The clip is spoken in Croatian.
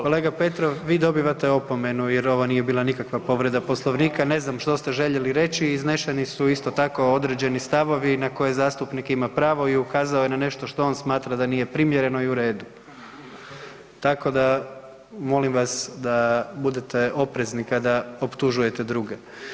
Kolega Petrov, vi dobivate opomenu jer ovo nije bila nikakva povreda Poslovnika, ne znam što ste željeli reći, izneseni su isto tako određeni stavovi na koje zastupnik ima pravo i ukazao je na nešto što on smatra da nije primjereno i u redu tako da molim vas da budete oprezni kada optužujete druge.